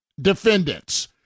defendants